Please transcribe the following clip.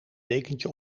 dekentje